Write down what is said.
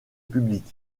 public